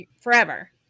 forever